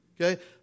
Okay